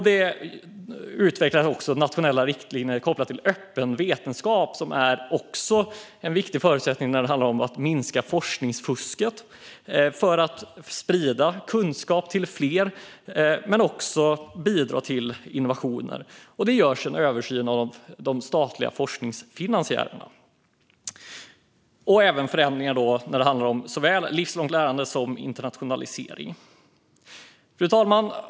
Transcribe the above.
Det utvecklas också nationella riktlinjer kopplat till öppen vetenskap, som också är en viktig förutsättning när det handlar om att minska forskningsfusket, sprida kunskap till fler och bidra till innovationer. Det görs en översyn av de statliga forskningsfinansiärerna. Det sker även förändringar när det handlar om såväl livslångt lärande som internationalisering. Fru talman!